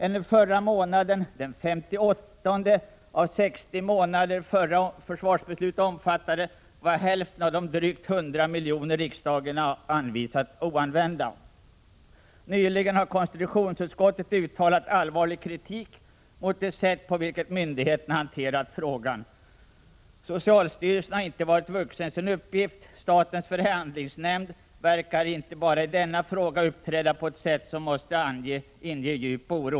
Ännu förra månaden, den 58:e av de 60 månader som det förra försvarsbeslutet omfattade, var hälften av de drygt 100 miljoner riksdagen anvisat oanvända. Nyligen har konstitutionsutskottet uttalat allvarlig kritik mot det sätt på vilket myndigheterna hanterat frågan. Socialstyrelsen har inte varit vuxen sin uppgift. Statens förhandlingsnämnd verkar inte bara i denna fråga uppträda på ett sätt som måste inge djup oro.